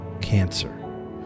cancer